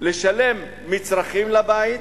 לשלם מצרכים לבית,